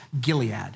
Gilead